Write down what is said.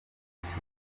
miss